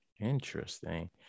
Interesting